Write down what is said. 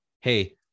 hey